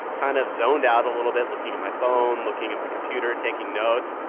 kind of zoned out a little bit, looking at my phone, looking at my computer, taking notes.